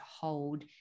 hold